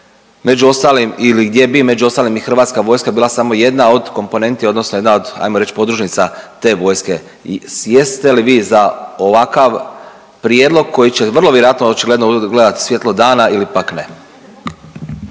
među ostalim ili gdje bi među ostalim i Hrvatska vojska bila samo jedna od komponenti odnosno jedna od ajmo reći podružnica te vojske i jeste li vi za ovakav prijedlog koji će vrlo vjerojatno očigledno ugledat svjetlo dana ili pak ne.